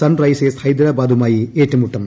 Sunrisers ഹൈദ്രാബാദുമായി ഏറ്റുമുട്ടും